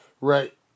Right